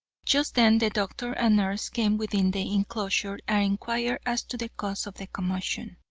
just then the doctor and nurse came within the inclosure, and inquired as to the cause of the commotion.